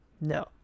No